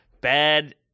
bad